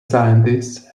scientists